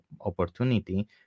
opportunity